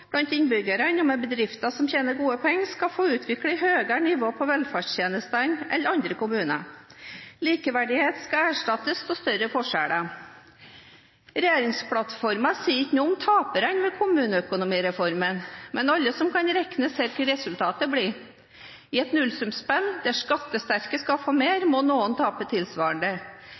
blant innbyggerne og med bedrifter som tjener gode penger, skal få utvikle høyere nivå på velferdstjenestene enn andre kommuner. Likeverdighet skal erstattes av større forskjeller. Regjeringsplattformen sier ikke noe om taperne ved kommuneøkonomireformen, men alle som kan regne, ser hva resultatet blir. I et nullsumspill der skattesterke skal få mer, må noen tape tilsvarende.